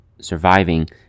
surviving